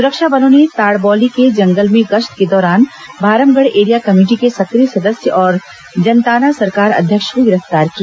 सुरक्षा बलों ने ताड़बौली के जंगल में गश्त के दौरान भारमगढ़ एरिया कमेटी के सक्रिय सदस्य और जनताना सरकार अध्यक्ष को गिरफ्तार किया